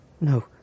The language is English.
No